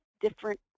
different